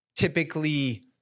typically